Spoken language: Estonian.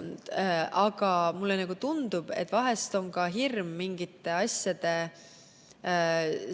Aga mulle tundub, et vahest on ka hirm mingite asjade